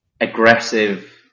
aggressive